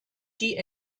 die